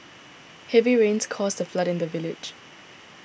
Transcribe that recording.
heavy rains caused a flood in the village